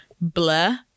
blur